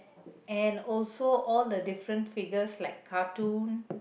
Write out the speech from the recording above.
and also all the different figures like cartoon